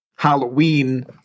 Halloween